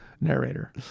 Narrator